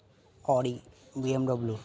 Audi BMW